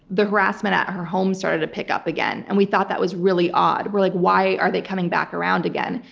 the harassment at her home started to pick up again, and we thought that was really odd. we're like, why are they coming back around again?